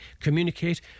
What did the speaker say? communicate